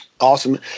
Awesome